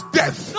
death